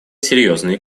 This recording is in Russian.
серьезные